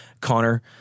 Connor